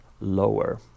lower